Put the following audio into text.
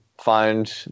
find